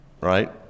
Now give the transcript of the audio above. right